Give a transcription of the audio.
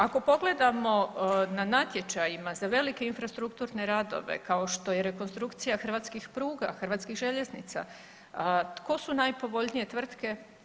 Ako pogledamo na natječajima za velike infrastrukturne radove, kao što je rekonstrukcija hrvatskih pruga, hrvatskih željeznica, tko su najpovoljnije tvrtke?